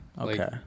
okay